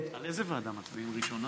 על איזה ועדה מצביעים ראשונה?